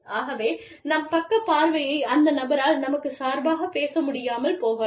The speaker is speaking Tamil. ஆகவே நம் பக்க பார்வையை அந்த நபரால் நமக்குச் சார்பாகப் பேச முடியாமல் போகலாம்